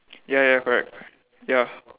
ya ya correct correct ya